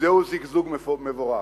זהו זיגזוג מבורך.